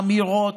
אמירות,